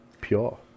Pure